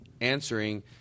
answering